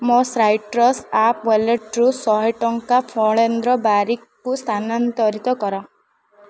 ମୋ citrus app ୱାଲେଟ୍ରୁ ଶହେ ଟଙ୍କା ଫଣେନ୍ଦ୍ର ବାରିକ୍ଙ୍କୁ ସ୍ଥାନାନ୍ତରିତ କର